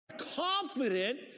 confident